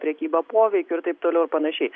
prekyba poveikiu ir taip toliau ir panašiai